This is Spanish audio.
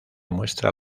muestra